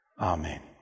Amen